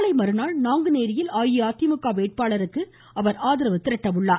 நாளைமறுநாள் நாங்குநேரியில் அஇஅதிமுக வேட்பாளருக்கு அவர் ஆதரவு திரட்டவுள்ளார்